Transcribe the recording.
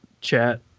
chat